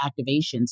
activations